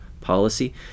policy